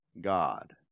God